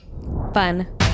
fun